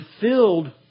filled